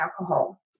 alcohol